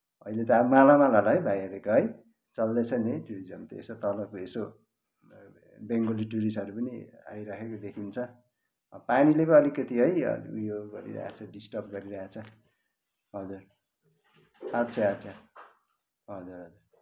अहिले त अब मालामाल होला है भाइहरूको है चल्दैछ नि टुरिज्मको यसो तलको यसो बेङ्गोली टुरिस्टहरू पनि आइराखेको देखिन्छ अब पानीले पो अलिकति है उयो गरिरहेछ छ डिस्टर्ब गरिरहेछ हजुर आच्छा आच्छा हजुर हजुर